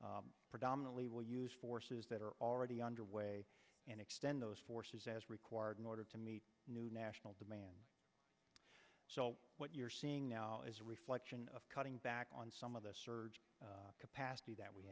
predominantly we'll use forces that are already underway and extend those forces as required in order to meet new national demand so what you're seeing now is a reflection of cutting back on some of the surge capacity that we